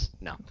no